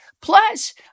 Plus